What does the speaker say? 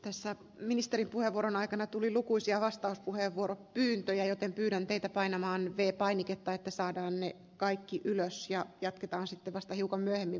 tässä ministeripuhevuoron aikana tuli lukuisia vastauspuheenvuoropyyntöjä joten pyydän teitä painamaan vei painiketta että saadaan ne kaikki ylös ja jatketaan sitten vasta hiukan vaikuttamaan